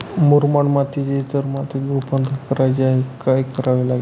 मुरमाड मातीचे इतर मातीत रुपांतर करायचे आहे, काय करावे लागेल?